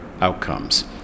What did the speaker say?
outcomes